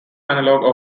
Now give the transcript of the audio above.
analogue